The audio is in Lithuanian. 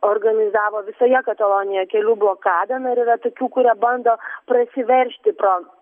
organizavo visoje katalonijoje kelių blokadą na ir yra tokių kurie bando prasiveržti pro